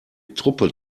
truppe